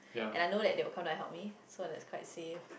and I know that they will come down and help me so that's quite safe